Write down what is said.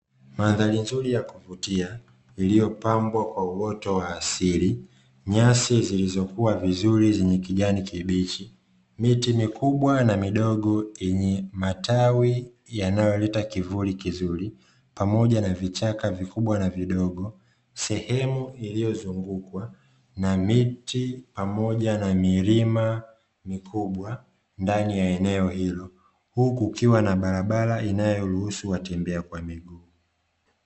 Mandhari nzuri ya kuvutia iliyopambwa kwa uoto wa asili nyasi zilizokuwa vizuri zenye kijani kibichi, miti mikubwa na midogo yenye matawi yanayoleta kivuli kizuri pamoja na vichaka vikubwa na vidogo sehemu iliyozungukwa na miti pamoja na milima mikubwa ndani ya eneo hilo huku ukiwa na barabara inayoruhusu watembea kwa miguu.